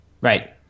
Right